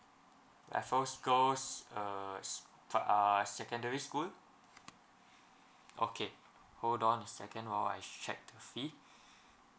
raffles girls uh s~ f~ uh secondary school okay hold on a second while I check the fee